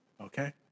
okay